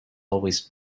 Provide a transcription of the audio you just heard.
always